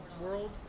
world